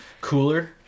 Cooler